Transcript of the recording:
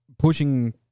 Pushing